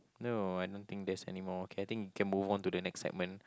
no I don't think there's anymore okay I think you can move on to the next segment